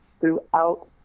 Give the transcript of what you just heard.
throughout